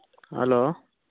hello